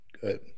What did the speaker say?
good